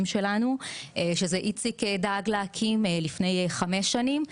שלנו שזה איציק דאג להקים לפני חמש שנים.